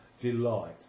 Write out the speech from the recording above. delight